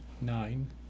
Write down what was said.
nine